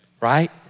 right